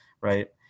Right